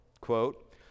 Quote